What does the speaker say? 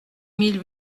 mille